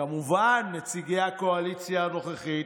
כמובן, נציגי הקואליציה הנוכחית,